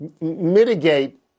mitigate